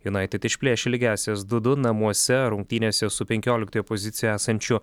united išplėšė lygiąsias du du namuose rungtynėse su penkioliktoje pozicijoje esančiu